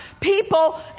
people